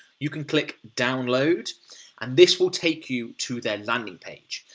you can click download and this will take you to their landing page,